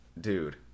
dude